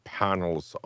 panels